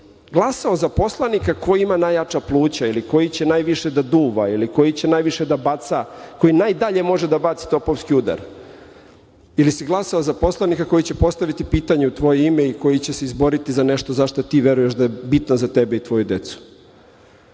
li glasao za poslanika koji ima najjača pluća ili koji će najviše da duva ili koji će najviše da baca, koji najdalje može da baci topovski udar ili si glasao za poslanika koji će postaviti pitanje u tvoje ime i koji će se izboriti za nešto za šta ti veruješ da je bitno za tebe i tvoju decu?